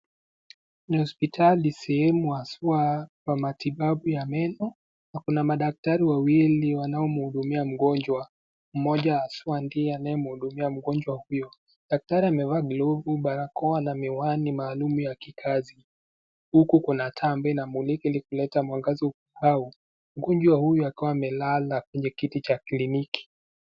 Ni hospitali sehemu haswa kwa matibabu ya meno, na kuna madaktari wawili wanao mhudumia mgonjwa. Moja haswa ndiye anamhudumia mgonjwa huyo. Daktari amevaa glovu, barakoa na miwani maalumu ya kikazi. Huku kuna taa inamulika inaleta mwangaza hapo. Huku huyu amelala kwenye kiti cha kliniki.